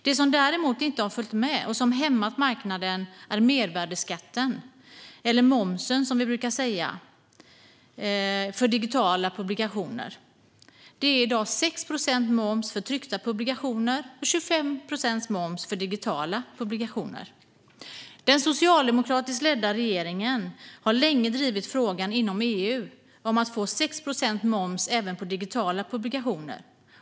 Det som däremot inte har följt med och som hämmat marknaden är mervärdesskatten eller momsen, som vi brukar säga, för digitala publikationer. Momsen är i dag 6 procent för tryckta publikationer och 25 procent för digitala publikationer. Den socialdemokratiskt ledda regeringen har länge drivit frågan inom EU om att momsen ska vara 6 procent även på digitala publikationer.